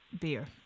beer